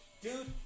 dude